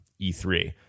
E3